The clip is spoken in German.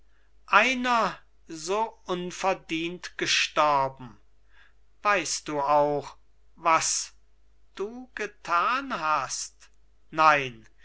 einer so unverdient gestorben weißt du auch was du getan hast nein